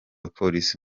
polisi